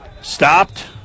stopped